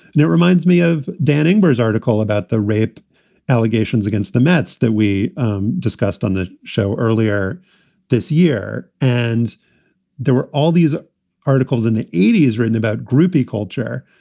it reminds me of danning bare's article about the rape allegations against the mets that we um discussed on the show earlier this year. and there were all these articles in the eighty s written about groupie culture.